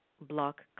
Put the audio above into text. block